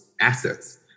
assets